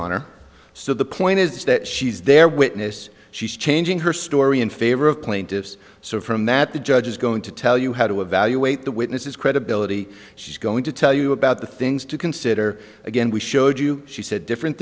honor so the point is that she's their witness she's changing her story in favor of plaintiffs so from that the judge is going to tell you how to evaluate the witnesses credibility she's going to tell you about the things to consider again we showed you she said different